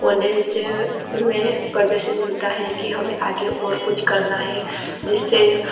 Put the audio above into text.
college में पढ़ते समय होता है कि हमें आगे और कुछ करना है जिससे